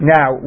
Now